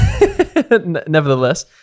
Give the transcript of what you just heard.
nevertheless